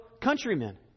countrymen